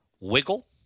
Wiggle